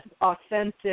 authentic